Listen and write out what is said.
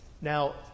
Now